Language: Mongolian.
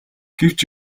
гэвч